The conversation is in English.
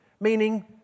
meaning